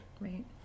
Right